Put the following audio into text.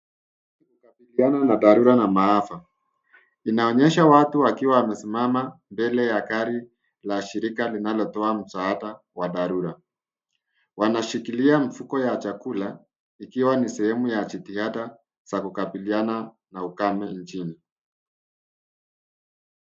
Makabiliano ya dharura na maafa. Inaonyesha watu wakiwa wamesimama mbele ya gari la shirika linalotoa msaada wa dharura. Wanashilia mifuko ya chakula ikiwa ni sehemu ya jitihada ya kukabiliana na ukame nchini.